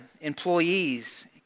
Employees